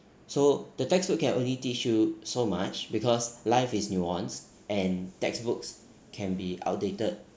so the textbook can only teach you so much because life is nuanced and textbooks can be outdated